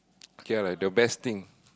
okay lah like the best thing